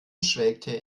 schwelgte